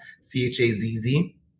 C-H-A-Z-Z